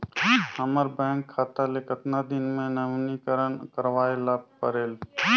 हमर बैंक खाता ले कतना दिन मे नवीनीकरण करवाय ला परेल?